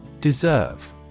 Deserve